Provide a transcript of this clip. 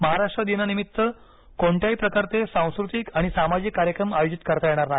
महाराष्ट्र दिनानिमित्त कोणत्याही प्रकारचे सांस्कृतिक आणि सामाजिक कार्यक्रम आयोजित करता येणार नाही